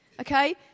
Okay